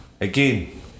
Again